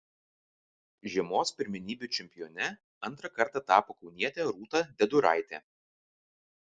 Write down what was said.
žiemos pirmenybių čempione antrą kartą tapo kaunietė rūta deduraitė